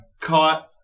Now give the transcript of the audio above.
caught